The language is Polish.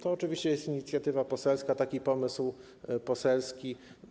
To oczywiście jest inicjatywa poselska, taki pomysł poselski.